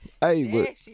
Hey